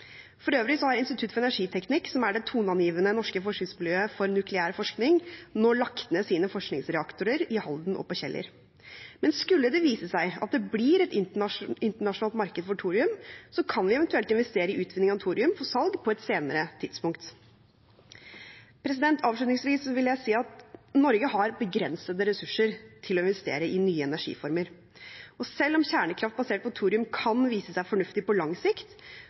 For øvrig har Institutt for energiteknikk, som er det toneangivende norske forskningsmiljøet for nukleær forskning, nå lagt ned sine forskningsreaktorer i Halden og på Kjeller. Men skulle det vise seg at det blir et internasjonalt marked for thorium, kan vi eventuelt investere i utvinning av thorium for salg på et senere tidspunkt. Avslutningsvis vil jeg si at Norge har begrensede ressurser til å investere i nye energiformer. Selv om kjernekraft basert på thorium kan vise seg fornuftig på lang sikt,